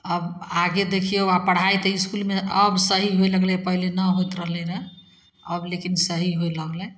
अब आगे देखिऔ आओर पढ़ाइ तऽ इसकुलमे अब सही होइ लगलै पहिले नहि होत रहलै रहै अब लेकिन सही होइ लगलै